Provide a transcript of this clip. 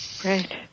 Great